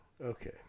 Okay